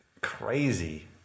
crazy